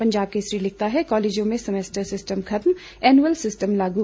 पंजाब केसरी लिखता है कॉलेजों में सैमेस्टर सिस्टम खत्म एनुअल सिस्टम लागू